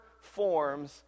forms